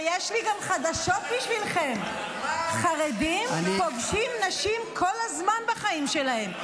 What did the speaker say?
ויש לי גם חדשות בשבילכם: חרדים פוגשים נשים כל הזמן בחיים שלהם.